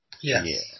Yes